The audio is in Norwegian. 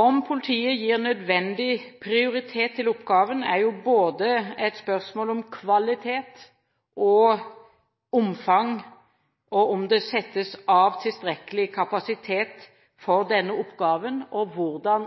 Om politiet gir nødvendig prioritet til oppgaven, er jo et spørsmål om både kvalitet og omfang, om det settes av tilstrekkelig kapasitet for denne oppgaven, og også hvordan